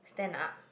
stand up